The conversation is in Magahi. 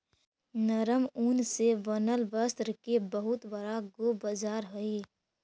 नरम ऊन से बनल वस्त्र के बहुत बड़ा गो बाजार हई